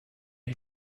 who